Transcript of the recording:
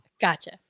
Gotcha